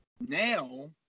now